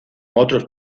otros